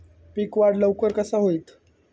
पीक वाढ लवकर कसा होईत?